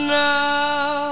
now